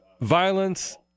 violence